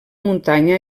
muntanya